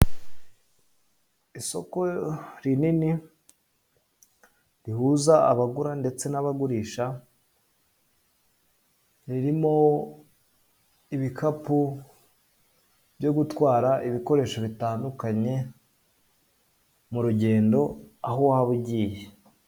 Isoko rinini rihuza abagura ndetse n'abagurisha, ririmo ibikapu byo gutwara ibikoresho bitandukanye mu rugendo, aho waba ugiye.